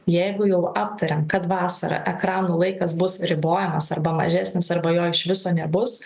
jeigu jau aptarėm kad vasarą ekranų laikas bus ribojamas arba mažesnis arba jo iš viso nebus